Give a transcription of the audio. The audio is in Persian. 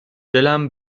دلم